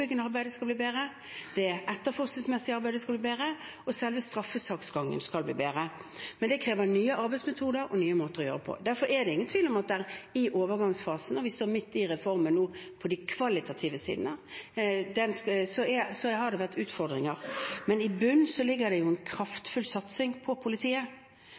skal bli bedre, det etterforskningsmessige arbeidet skal bli bedre, og selve straffesaksgangen skal bli bedre. Men det krever nye arbeidsmetoder og nye måter å jobbe på. Derfor er det ingen tvil om at det i overgangsfasen – og vi står midt i reformen nå når det gjelder de kvalitative sidene – har vært utfordringer. Men i bunnen ligger det en kraftfull satsing på politiet.